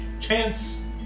chance